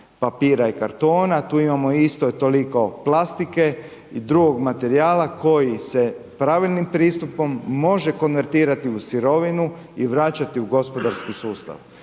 papira i kartona, tu imamo isto toliko plastike i drugih materijala, koji se pravilnim pristupom može konvertirati u sirovinu i vraćati u gospodarski sustav.